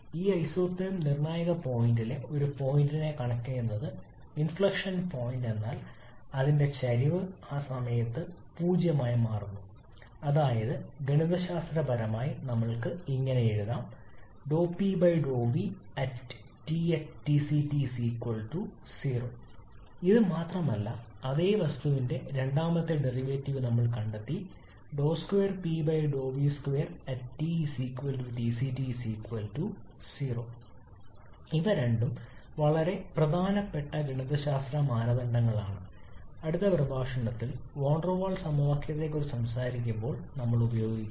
ഈ ഐസോതെർം നിർണ്ണായക പോയിന്റിലെ ഒരു പോയിന്റാണ് കാണിക്കുന്നത് ഇൻഫ്ലക്ഷൻ പോയിന്റ് എന്നാൽ അതിന്റെ ചരിവ് ആ സമയത്ത് 0 ആയി മാറുന്നു അതായത് ഗണിതശാസ്ത്രപരമായി നമുക്ക് ഇങ്ങനെ എഴുതാം ഇത് മാത്രമല്ല അതേ വസ്തുവിന്റെ രണ്ടാമത്തെ ഡെറിവേറ്റീവ് ആണെന്ന് കണ്ടെത്തി ഇവ രണ്ടും വളരെ പ്രധാനപ്പെട്ട ഗണിതശാസ്ത്ര മാനദണ്ഡങ്ങളാണ് അടുത്ത പ്രഭാഷണത്തിൽ വാൻ ഡെർ വാൾ സമവാക്യത്തെക്കുറിച്ച് സംസാരിക്കുമ്പോൾ നമ്മൾ ഉപയോഗിക്കും